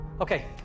Okay